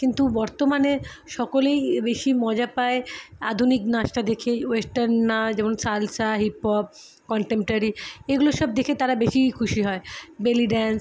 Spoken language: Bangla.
কিন্তু বর্তমানে সকলেই বেশি মজা পায় আধুনিক নাচটা দেখেই ওয়েস্টার্ন নাচ যেমন সালসা হিপ হপ কনটেম্পোরারি এগুলো সব দেখে তারা বেশিই খুশি হয় বেলি ডান্স